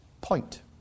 point